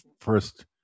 first